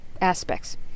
aspects